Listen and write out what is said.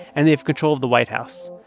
and they have control of the white house.